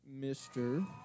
Mr